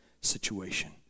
situation